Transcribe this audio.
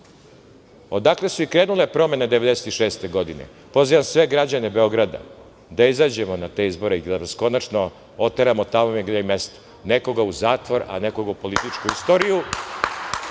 odakle su i krenule promene 1996. godine. Pozivam sve građane Beograda da izađemo na te izbore i da ih konačno oteramo tamo gde im je i mesto, nekoga u zatvor, a nekoga u političku istoriju. Hvala